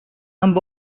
amb